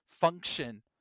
function